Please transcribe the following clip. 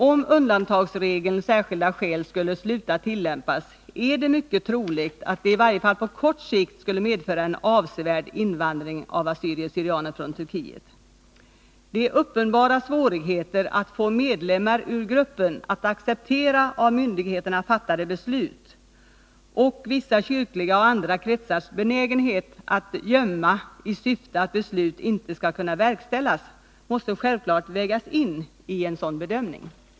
Om man skulle sluta att tillämpa undantagsregeln ”särskilda skäl”, är det mycket troligt att det i varje fall på kort sikt skulle medföra en avsevärd invandring av assyrier/syrianer från Turkiet. Svårigheterna att få medlemmar ur gruppen att acceptera av myndigheterna fattade beslut är uppenbara, och vissa kyrkliga och andra kretsars benägenhet att gömma människor i syfte att hindra att beslut skali kunna verkställas måste självfallet vägas in i en sådan bedömning.